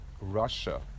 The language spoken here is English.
Russia